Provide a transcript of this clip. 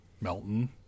Melton